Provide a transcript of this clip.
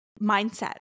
mindset